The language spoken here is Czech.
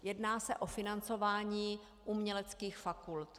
Jedná se o financování uměleckých fakult.